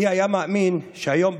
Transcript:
מי היה מאמין שהיום,